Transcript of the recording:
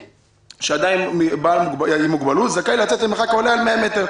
שהוא זכאי לצאת למרחק העולה על 100 מטר.